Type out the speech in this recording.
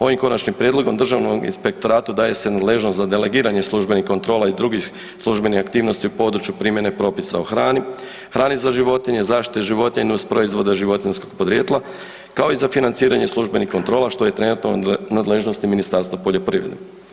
Ovim konačnim prijedlogom Državnom inspektoratu daje se nadležnost za delegiranje službenih kontrola i drugih službenih aktivnosti u području primjene propisa o hrani, hrani za životinje, zaštite životinja i nusproizvoda životinjskog podrijetla kao i za financiranje službenih kontrola što je trenutno u nadležnosti Ministarstva poljoprivrede.